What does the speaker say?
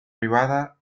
privada